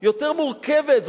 יותר מורכבת,